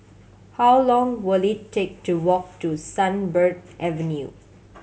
how long will it take to walk to Sunbird Avenue